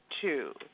two